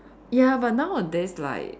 ya but nowadays like